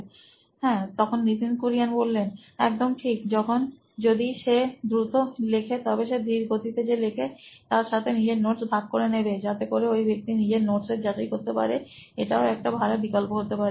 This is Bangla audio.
Nitin Kurian C O O নোইন ইলেক্ট্রনিক্স একদম ঠিক যদি সে দ্রুত লেখে তবে সে ধীর গতিতে যে লেখে তার সাথে নিজের নোটস ভাগ করে নেবে যাতে করে ওই ব্যক্তি নিজের নোটস এর যাচাই করতে পারে এটাও একটা ভালো বিকল্প হতে পারে